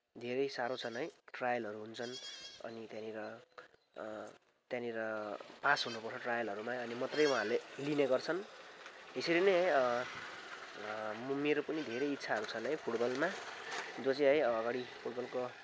धेरै साह्रो छन् है ट्रायलहरू हुन्छन् अनि त्यहाँनिर त्यहाँनिर पास हुनुपर्छ ट्रायलहरूमा अनि मात्रै उहाँहरूले लिने गर्छन् यसरी नै म मेरो पनि धेरै इच्छाहरू छन् है फुटबलमा जो चाहिँ है अगाडि फुटबलको